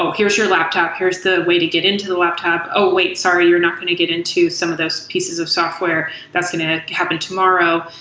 here's your laptop. here's the way to get into the laptop. oh, wait. sorry. you're not going to get into some of those pieces of software. that's going to happen tomorrow.